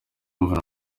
impamvu